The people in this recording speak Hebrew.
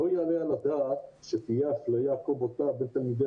לא יעלה על הדעת שתהיה אפליה כה בוטה בין תלמידים